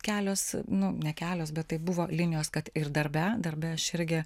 kelios nu ne kelios bet tai buvo linijos kad ir darbe darbe aš irgi